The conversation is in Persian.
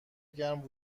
گرم